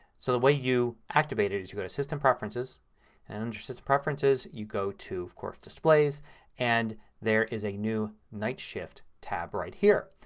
so the way you activate it is you go to system preferences and under system preferences you go to, of course, displays and there is a new nightshift tab right here.